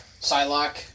Psylocke